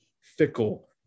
Fickle